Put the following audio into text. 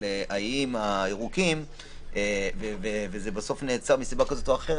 האיים הירוקים ובסוף זה נעצר מסיבה כזו או אחרת,